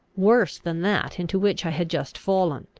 worse than that into which i had just fallen.